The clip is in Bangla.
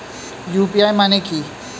ইউ.পি.আই মানে কি?